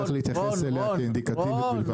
צריך להתייחס אליהם כאינדיקטיבית בלבד.